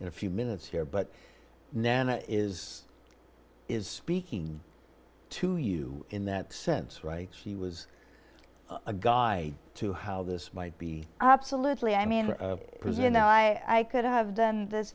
in a few minutes here but then is is speaking to you in that sense right she was a guy to how this might be absolutely i mean it was you know i could have done this